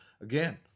again